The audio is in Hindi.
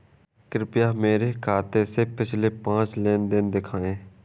कृपया मुझे मेरे खाते से पिछले पाँच लेन देन दिखाएं